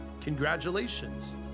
congratulations